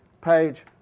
page